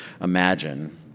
imagine